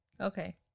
Okay